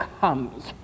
comes